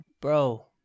bro